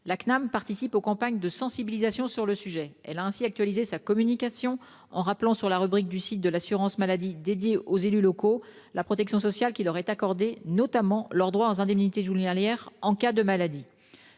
(Cnam) participe aux campagnes de sensibilisation sur le sujet. Elle a ainsi actualisé sa communication en rappelant, au sein de la rubrique du site de l'assurance maladie consacrée aux élus locaux, la protection sociale qui leur est accordée, notamment leur droit aux indemnités journalières en cas de maladie.